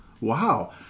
Wow